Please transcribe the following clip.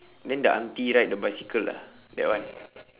then the auntie right the bicycle ah that one